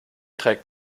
trägt